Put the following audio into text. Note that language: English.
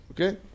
Okay